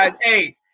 Hey